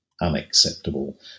unacceptable